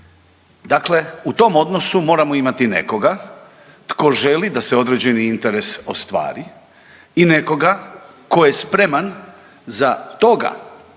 Dakle u tom odnosu moramo imati nekoga tko želi da se određeni interes ostvari i nekoga tko je spreman za toga